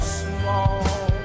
small